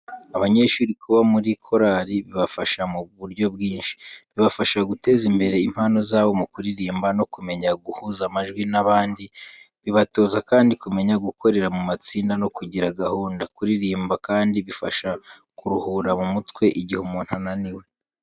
Abanyeshuri kuba muri korali bibafasha mu buryo bwinshi. Bibafasha guteza imbere impano zabo mu kuririmba, no kumenya guhuza amajwi n'abandi, bibatoza kandi kumenya gukorera mu matsinda no kugira gahunda. Kuririmba kandi bifasha kuruhura mu mutwe igihe umuntu ananiwe.